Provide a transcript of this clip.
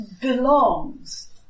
Belongs